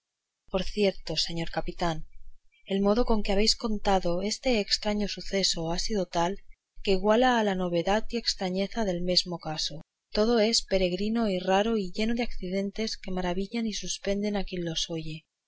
por cierto señor capitán el modo con que habéis contado este estraño suceso ha sido tal que iguala a la novedad y estrañeza del mesmo caso todo es peregrino y raro y lleno de accidentes que maravillan y suspenden a quien los oye